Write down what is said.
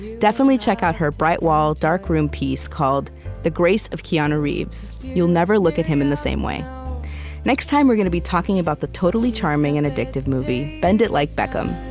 definitely check out her bright wall dark room piece called the grace of keanu reeves you'll never look at him in the same way next time we're going to be talking about the totally charming and addictive movie, bend it like beckham.